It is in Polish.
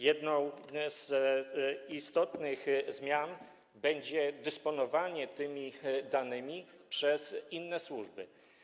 Jedna z istotnych zmian dotyczy dysponowania tymi danymi przez inne służby.